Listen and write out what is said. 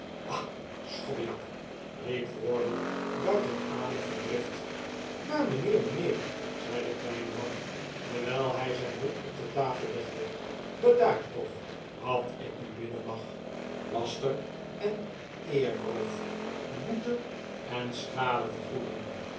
ah schobbejak riep wardle buiten adem van drift maar mijnheer mijnheer zei de kleine man terwijl hij zijn hoed op de tafel legde bedaar toch wat ik u bidden mag laster en eerroof boete en schadevergoeding